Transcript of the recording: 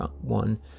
one